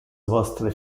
vostre